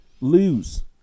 lose